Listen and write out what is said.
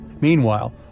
Meanwhile